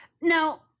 Now